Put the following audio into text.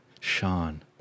Sean